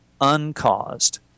uncaused